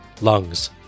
Lungs